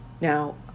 Now